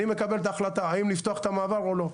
אני מקבל את ההחלטה האם לפתוח את המעבר או לא.